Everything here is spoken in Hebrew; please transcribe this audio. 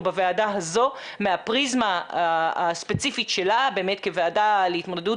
בוועדה הזו מהפריזמה הספציפית שלה באמת כוועדה להתמודדות